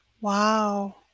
wow